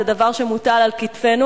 זה דבר שמוטל על כתפינו,